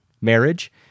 marriage